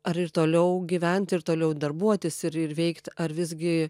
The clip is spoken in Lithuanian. ar ir toliau gyvent ir toliau darbuotis ir ir veikt ar visgi